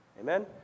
Amen